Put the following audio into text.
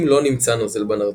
אם לא נמצא נוזל בנרתיק,